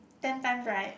ten times right